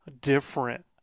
different